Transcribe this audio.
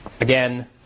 again